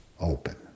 open